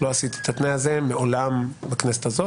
לא עשיתי את התנאי הזה מעולם בכנסת הזאת